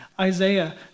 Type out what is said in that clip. Isaiah